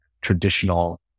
traditional